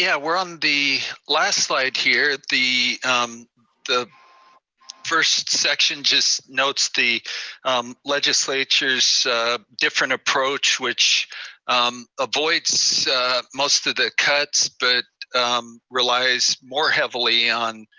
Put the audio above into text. yeah we're on the last slide here. the the first section just notes the legislature's different approach, which avoids most of the cuts, but relies more heavily on